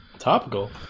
Topical